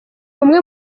umwe